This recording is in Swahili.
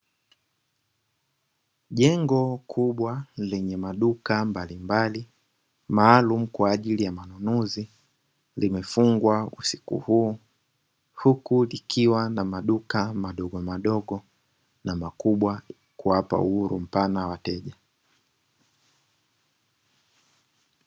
Jengo kubwa lenye maduka mbalimbali maalumu kwa ajili ya manunuzi limefungwa usiku huu, huku likiwa na maduka madomadogo na makubwa kuwapa uhuru mpana wateja.